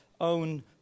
own